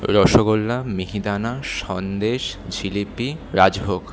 rasgulla mihidana sandesh jilipi rajbhog